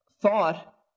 thought